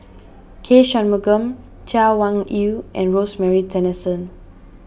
K Shanmugam Chay Weng Yew and Rosemary Tessensohn